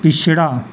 पिछड़ा